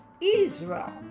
Israel